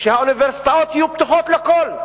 שהאוניברסיטאות יהיו פתוחות לכול.